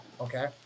okay